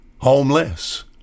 homeless